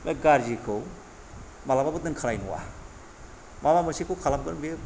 बे गारजिखौ मालाबाबो दोनखानाय नङा माबा मोनसेखौ खालामगोन बेयो